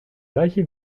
gleiche